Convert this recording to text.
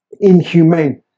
inhumane